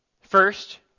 First